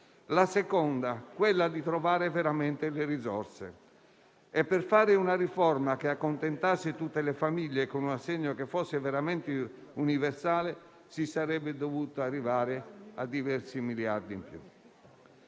in secondo luogo, trovare veramente le risorse. Per fare una riforma che accontentasse tutte le famiglie, con un assegno che fosse veramente universale, si sarebbe dovuto arrivare a diversi miliardi in più.